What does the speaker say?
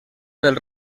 del